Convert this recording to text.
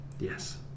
Yes